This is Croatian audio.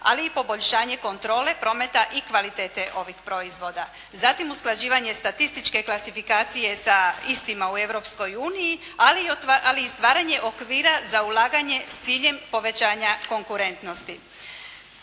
ali i poboljšanje kontrole, prometa i kvalitete ovih proizvoda. Zatim usklađivanje statističke klasifikacije sa istima u Europskoj uniji, ali i stvaranje okvira za ulaganje s ciljem povećanja konkurentnosti.